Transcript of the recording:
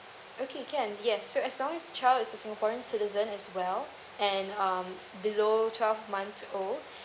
okay can yes so as long as the child is a singaporean citizen as well and um below twelve month old